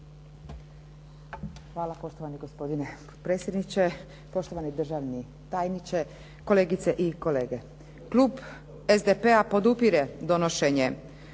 Hvala, poštovani gospodine potpredsjedniče. Poštovani državni tajniče, kolegice i kolege. Klub SDP-a podupire donošenje